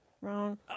Wrong